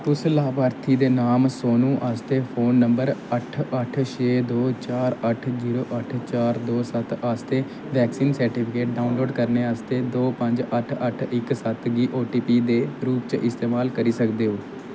तुस लाभार्थी दे नांऽ सोनू आस्तै फोन नंबर अट्ठ अट्ठ छे दो चार अट्ठ जीरो अट्ठ चार दो सत्त आस्तै वैक्सीन सर्टिफिकेट डाउनलोड करने आस्तै दो पंज अट्ठ अट्ठ इक सत्त गी ओ टी पी ऐ दे रूप च इस्तेमाल करी सकदे ओ